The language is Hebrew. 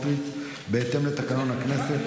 לא בפופוליזם, לא בפופוליזם.